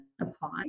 apply